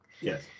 Yes